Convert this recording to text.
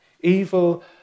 Evil